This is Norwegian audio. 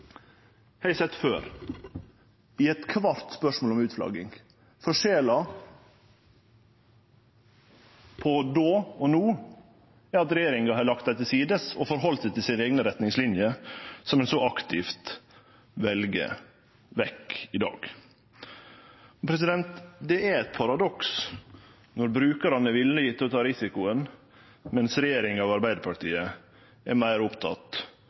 har eg sett før i kvart eit spørsmål om utflagging. Forskjellen på då og no er at regjeringa har lagt dei til sides og halde seg til sine eigne retningsliner – som ein så aktivt vel vekk i dag. Det er eit paradoks når brukarane er villige til å ta risikoen, medan regjeringa og Arbeidarpartiet er meir